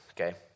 okay